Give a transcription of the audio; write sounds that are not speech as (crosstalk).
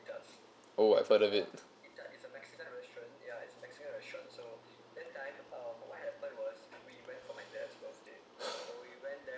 oh I've heard of it (breath)